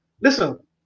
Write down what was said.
Listen